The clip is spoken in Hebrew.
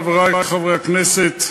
חברי חברי הכנסת,